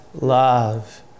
love